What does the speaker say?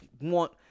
want